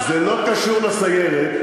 זה לא קשור לסיירת.